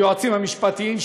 היועצים המשפטיים,